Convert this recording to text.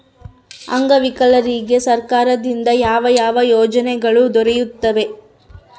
ಅಂಗವಿಕಲರಿಗೆ ಸರ್ಕಾರದಿಂದ ಯಾವ ಯಾವ ಯೋಜನೆಗಳು ದೊರೆಯುತ್ತವೆ?